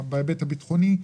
בהיבט הביטחוני.